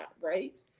right